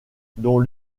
dont